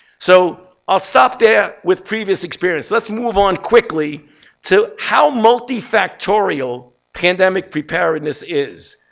so i'll stop there with previous experience. let's move on quickly to how multifactorial pandemic preparedness is,